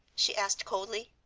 she asked coldly.